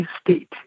state